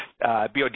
BOD